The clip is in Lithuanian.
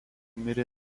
mirė